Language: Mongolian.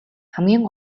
хамгийн